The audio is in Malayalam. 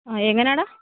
ആ എങ്ങനെയാണ് എടാ